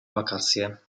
wakacje